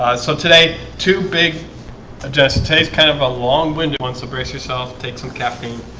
ah so today two big adjusted tastes kind of a long-winded one. so brace yourself take some caffeine